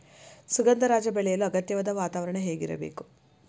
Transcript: ಸುಗಂಧರಾಜ ಬೆಳೆಯಲು ಅಗತ್ಯವಾದ ವಾತಾವರಣ ಹೇಗಿರಬೇಕು?